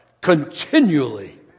continually